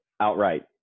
outright